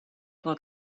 pel